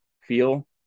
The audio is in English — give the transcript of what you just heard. feel